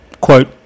Quote